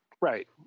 right